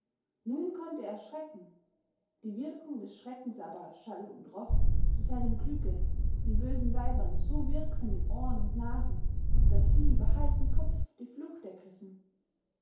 nun konnt er erschrecken die wirkung des schreckens aber schall und roch zu seinem glücke den bösen weibern so wirksam in ohren und nasen daß sie über hals und kopf die flucht ergriffen